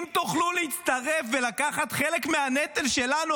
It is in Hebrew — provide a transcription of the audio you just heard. אם תוכלו להצטרך ולקחת חלק מהנטל שלנו,